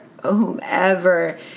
whomever